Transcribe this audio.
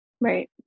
Right